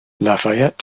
lafayette